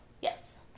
yes